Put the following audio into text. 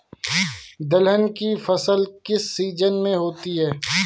दलहन की फसल किस सीजन में होती है?